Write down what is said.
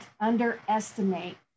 underestimate